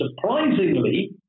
surprisingly